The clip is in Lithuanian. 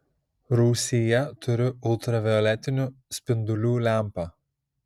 rūsyje turiu ultravioletinių spindulių lempą